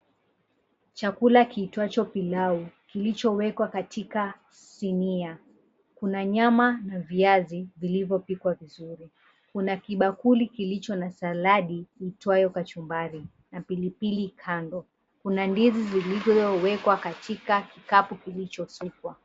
Chakula kiitwacho pilau, kilichowekwa katika sinia. Kuna nyama na viazi vilivyopikwa vizuri. Kuna kibakuli kilicho na saladi iitwayo saladi na pilipili kando. Kuna ndizi zilizowekwa katika kapu kilichosukwa.